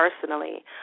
personally